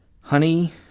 honey